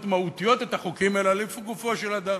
מהותיות את החוקים אלא לפי גופו של אדם.